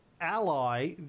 ally